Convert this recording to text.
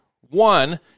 one